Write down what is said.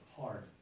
hard